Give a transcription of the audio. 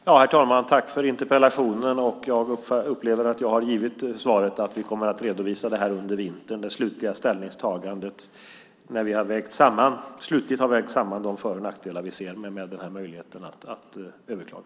Herr talman! Jag tackar för interpellationen. Jag upplever att jag har givit svaret att vi kommer att redovisa det här under vintern, det slutliga ställningstagandet när vi har vägt samman de för och nackdelar som vi ser med möjligheten att överklaga.